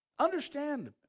Understand